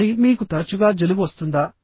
మరి మీకు తరచుగా జలుబు వస్తుందా